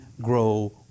grow